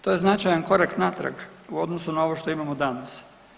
To je značajan korak natrag u odnosu na ovo što imamo danas.